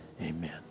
Amen